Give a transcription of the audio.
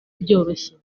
byoroshye